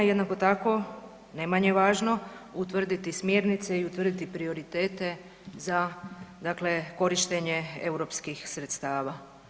Jednako tako ne manje važno utvrditi smjernice i utvrditi prioritete za, dakle korištenje europskih sredstava.